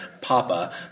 Papa